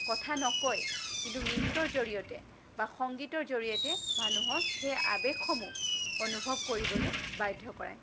কথা নকয় কিন্তু নৃত্যৰ জৰিয়তে বা সংগীতৰ জৰিয়তে মানুহক সেই আৱেগসমূহ অনুভৱ কৰিবলৈ বাধ্য কৰায়